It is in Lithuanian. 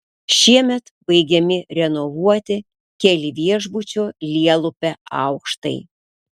šiemet baigiami renovuoti keli viešbučio lielupe aukštai